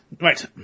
Right